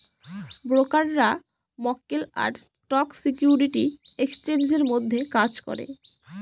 ব্রোকাররা মক্কেল আর স্টক সিকিউরিটি এক্সচেঞ্জের মধ্যে কাজ করে